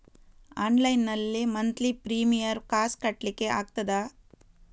Online ನಲ್ಲಿ monthly premier ಕಾಸ್ ಕಟ್ಲಿಕ್ಕೆ ಆಗ್ತದಾ?